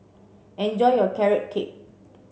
enjoy your carrot cake